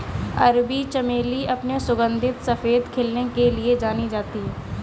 अरबी चमेली अपने सुगंधित सफेद खिलने के लिए जानी जाती है